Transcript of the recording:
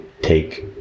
take